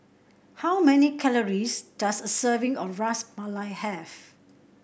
how many calories does a serving of Ras Malai have